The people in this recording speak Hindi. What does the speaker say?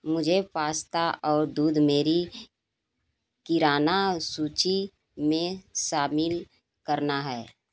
मुझे पास्ता और दूध मेरी किराना सूची में शामिल करना है